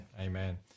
Amen